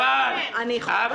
--- לא,